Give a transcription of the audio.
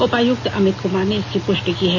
उपायुक्त अमित कमार ने इसकी पृष्टि की है